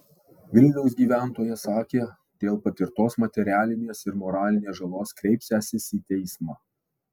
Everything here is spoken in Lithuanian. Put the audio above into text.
vilniaus gyventojas sakė dėl patirtos materialinės ir moralinės žalos kreipsiąsis į teismą